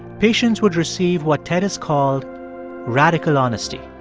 patients would receive what ted has called radical honesty.